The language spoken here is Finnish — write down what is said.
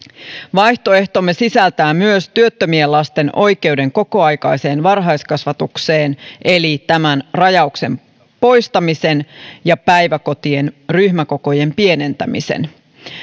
vaihtoehtomme sisältää myös työttömien lasten oikeuden kokoaikaiseen varhaiskasvatukseen eli tämän rajauksen poistamisen ja päiväkotien ryhmäkokojen pienentämisen